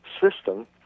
system